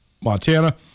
Montana